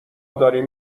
داریم